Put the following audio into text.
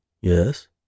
Yes